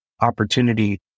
opportunity